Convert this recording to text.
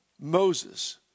Moses